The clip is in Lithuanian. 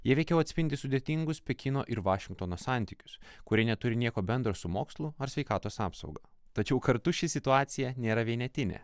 jie veikiau atspindi sudėtingus pekino ir vašingtono santykius kurie neturi nieko bendro su mokslu ar sveikatos apsauga tačiau kartu ši situacija nėra vienetinė